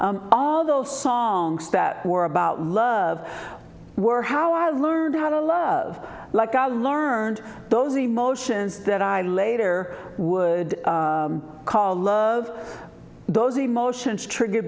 all those songs that were about love were how i learned how to love like i learned those emotions that i later would call of those emotions trigger